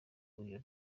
uyu